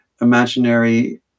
imaginary